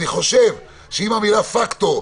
אני חושב שאם המילה פקטור,